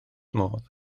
modd